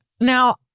now